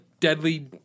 deadly